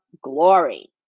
glory